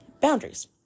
boundaries